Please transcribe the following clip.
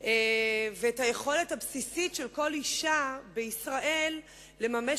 ואת היכולת הבסיסית של כל אשה בישראל לממש